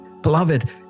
Beloved